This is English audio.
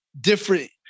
different